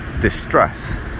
distress